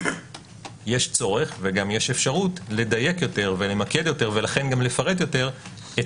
יש צורך וגם אפשרות לדייק ולמקד יותר ולכן גם לפרט יותר את